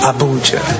Abuja